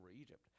Egypt